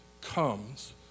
comes